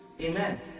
Amen